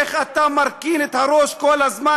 איך אתה מרכין את הראש כל הזמן.